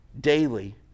daily